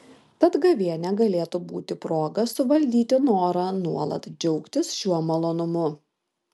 tad gavėnia galėtų būti proga suvaldyti norą nuolat džiaugtis šiuo malonumu